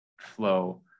flow